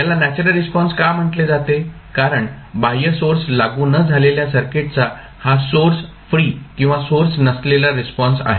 याला natural response का म्हटले जाते कारण बाह्य सोर्स लागू न झालेल्या सर्किटचा हा सोर्स फ्री किंवा सोर्स नसलेला रिस्पॉन्स आहे